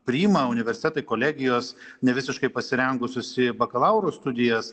priima universitetai kolegijos nevisiškai pasirengusius į bakalauro studijas